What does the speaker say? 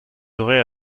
aurez